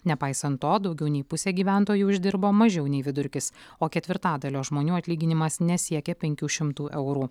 nepaisant to daugiau nei pusė gyventojų uždirbo mažiau nei vidurkis o ketvirtadalio žmonių atlyginimas nesiekia penkių šimtų eurų